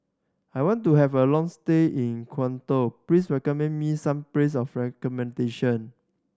I want to have a long stay in Quito please recommend me some places for accommodation